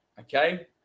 okay